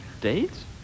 Dates